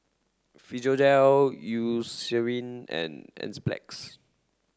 Physiogel Eucerin and Enzyplex